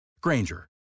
Granger